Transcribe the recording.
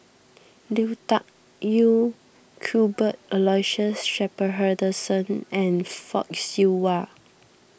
Lui Tuck Yew Cuthbert Aloysius Shepherdson and Fock Siew Wah